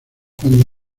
cuando